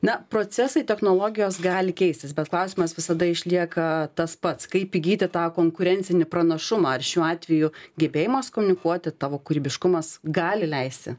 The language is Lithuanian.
na procesai technologijos gali keistis bet klausimas visada išlieka tas pats kaip įgyti tą konkurencinį pranašumą ar šiuo atveju gebėjimas komunikuoti tavo kūrybiškumas gali leisti